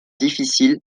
difficile